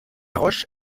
roche